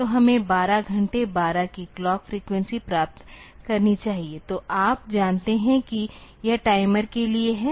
तो हमें 12 बटे 12 की क्लॉक फ्रीक्वेंसी प्राप्त करनी चाहिए तो आप जानते हैं कि यह टाइमर के लिए है